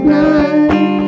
night